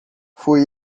foi